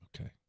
Okay